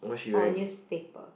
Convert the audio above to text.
or newspaper